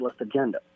agenda